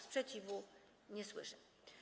Sprzeciwu nie słyszę.